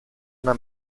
una